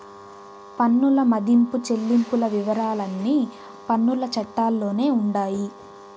పన్నుల మదింపు చెల్లింపుల వివరాలన్నీ పన్నుల చట్టాల్లోనే ఉండాయి